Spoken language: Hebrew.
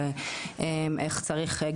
איך צריך,